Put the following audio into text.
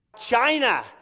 China